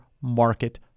market